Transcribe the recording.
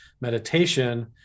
meditation